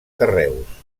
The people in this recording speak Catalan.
carreus